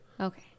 Okay